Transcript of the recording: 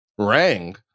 Rang